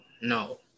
no